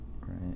Right